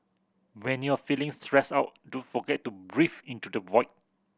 when you are feeling stressed out don't forget to breathe into the void